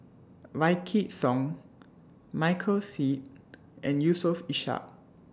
Wykidd Song Michael Seet and Yusof Ishak